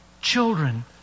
children